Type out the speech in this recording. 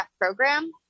program